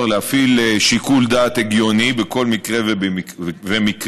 להפעיל שיקול דעת הגיוני בכל מקרה ומקרה,